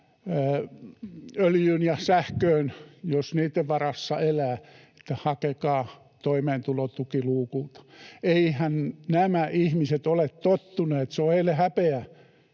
öljyyn ja sähköön — jos niitten varassa elää — että hakekaa toimeentulotuki luukulta. Eihän nämä ihmiset ole tottuneet. Se on heille häpeä